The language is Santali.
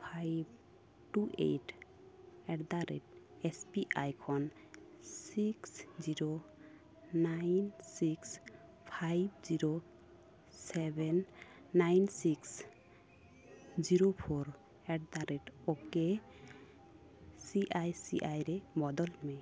five two eight at the rate S B I ᱠᱷᱚᱱ six zero nine six five zero seven nine six zero four at the rate okay C I C I ᱨᱮ ᱵᱚᱫᱚᱞ ᱢᱮ